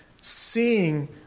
seeing